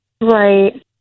Right